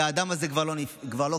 והאדם זה כבר לא קיים.